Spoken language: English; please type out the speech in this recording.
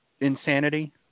insanity